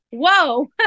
Whoa